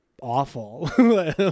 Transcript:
awful